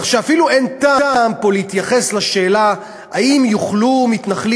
כך שאפילו אין טעם פה להתייחס לשאלה אם מתנחלים